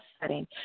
setting